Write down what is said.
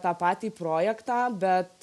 tą patį projektą bet